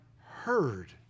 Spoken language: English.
heard